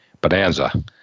Bonanza